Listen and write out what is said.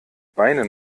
beine